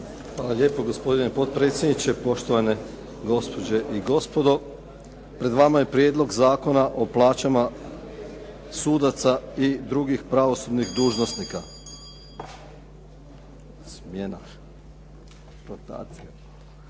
Hvala lijepo. Gospodine potpredsjedniče, poštovane gospođe i gospodo. Pred vama je Prijedlog zakona o plaćama sudaca i drugih pravosudnih dužnosnika.